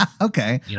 okay